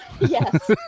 yes